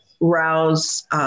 Rouse